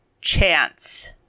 chance